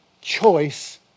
choice